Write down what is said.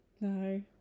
No